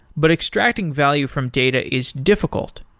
but extracting value from data is difficult,